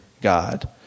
God